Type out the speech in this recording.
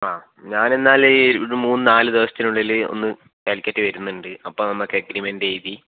ആഹ് ഞാനെന്നാൽ ഒരു മൂന്നുനാല് ദിവസത്തിനുള്ളിൽ ഒന്ന് കാലിക്കറ്റ് വരുന്നുണ്ട് അപ്പോൾ നമ്മൾക്ക് എഗ്രിമെന്റ് എഴുതി